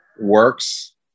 works